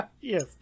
Yes